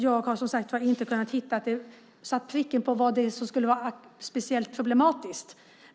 Jag har som sagt inte kunnat pricka in vad det är som skulle vara speciellt problematiskt.